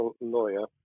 lawyer